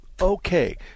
okay